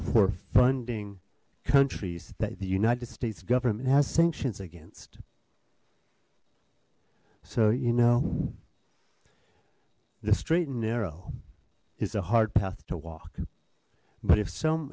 for funding countries that the united states government has sanctions against so you know the straight and narrow is a hard path to walk but if some